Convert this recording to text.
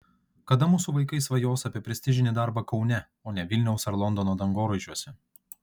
kada mūsų vaikai svajos apie prestižinį darbą kaune o ne vilniaus ar londono dangoraižiuose